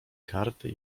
karty